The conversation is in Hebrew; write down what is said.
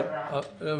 אבנר,